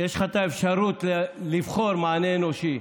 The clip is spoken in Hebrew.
יש אפשרות לבחור במענה אנושי.